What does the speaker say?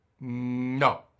No